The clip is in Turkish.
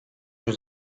yüz